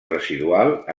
residual